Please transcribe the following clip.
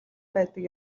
байдаг